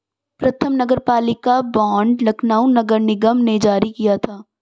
प्रथम नगरपालिका बॉन्ड लखनऊ नगर निगम ने जारी किया था